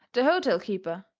the hotel-keeper,